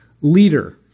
leader